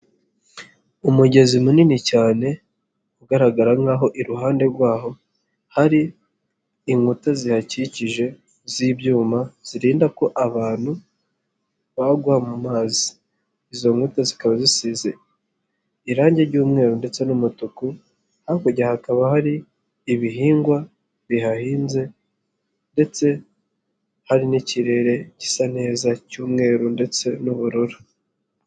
Umugezi munini cyane ugaragara nkaho iruhande rwaho hari inkuta zihakikije z'ibyuma zirinda ko abantu bagwa mu mazi. Izo nkuta zikaba zisize irangi ry'umweru ndetse n'umutuku, hakurya hakaba hari ibihingwa bihahinze ndetse hari n'ikirere gisa neza cy'umweru ndetse n'ubururu.